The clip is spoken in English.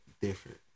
different